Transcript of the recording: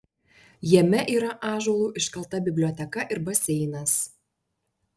jame yra ąžuolu iškalta biblioteka ir baseinas